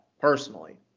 personally